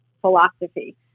philosophy